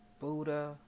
Buddha